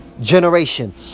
generation